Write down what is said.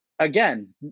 Again